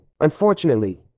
Unfortunately